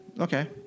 okay